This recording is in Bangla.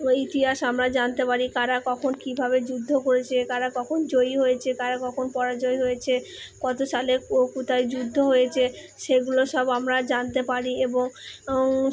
ওই ইতিহাস আমরা জানতে পারি কারা কখন কীভাবে যুদ্ধ করেছে কারা কখন জয়ী হয়েছে কারা কখন পরাজয় হয়েছে কতো সালে কোথায় যুদ্ধ হয়েছে সেগুলো সব আমরা জানতে পারি এবং